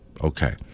Okay